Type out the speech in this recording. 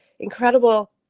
Incredible